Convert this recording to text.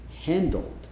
handled